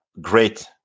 great